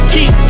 Keep